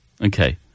Okay